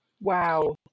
Wow